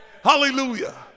Hallelujah